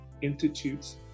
Institute's